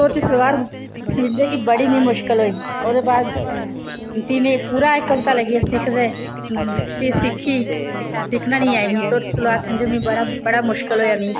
धोती सलबार सिडदे बड़ी मीं मुश्किल होई ओहदे बाद फ्ही पूरा इक हफता लग्गी गेआ सिखदे फ्ही सिक्खी सिक्खना नेंई आई मीं धोति सलबार सींदे मीं बड़ा मुश्कल होआ मीं